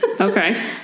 okay